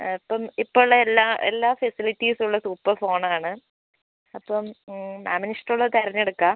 ആ അപ്പം ഇപ്പം ഉള്ള എല്ലാ എല്ലാ ഫെസിലിറ്റീസും ഉള്ള സൂപ്പർ ഫോൺ ആണ് അപ്പം മാമിന് ഇഷ്ടം ഉള്ളത് തിരഞ്ഞെടുക്കാം